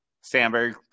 Sandberg